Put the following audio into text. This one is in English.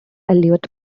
elliott